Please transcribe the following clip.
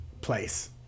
place